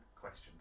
questions